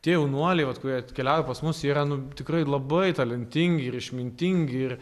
tie jaunuoliai vat kurie atkeliauja pas mus yra nu tikrai labai talentingi ir išmintingi ir